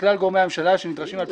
מכלל גורמי הממשלה שנדרשים על פי החוק.